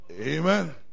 amen